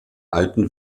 alten